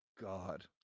God